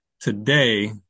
today